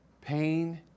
pain